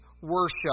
worship